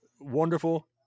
Wonderful